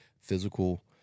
physical